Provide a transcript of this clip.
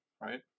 right